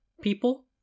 people